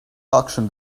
auction